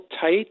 tight